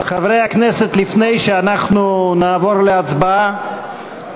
חברי הכנסת, לפני שאנחנו נעבור להצבעה,